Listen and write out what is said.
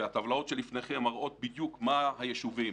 והטבלאות שלפניכם מראות בדיוק מה היישובים.